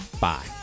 Bye